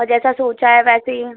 और जैसा सोचा है वैसे ही